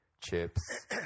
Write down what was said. chips